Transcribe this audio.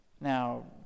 Now